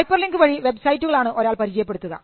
hyper link വഴി വെബ്സൈറ്റുകളാണ് ഒരാൾ പരിചയപ്പെടുത്തുക